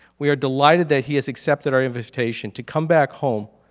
we are delighted that he has accepted our invitation to come back home,